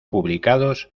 publicados